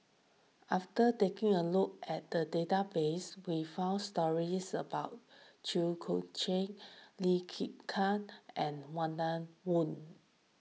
after taking a look at the database we found stories about Chew Chiat Lee Kin Kat and Walter Woon